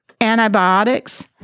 antibiotics